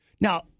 Now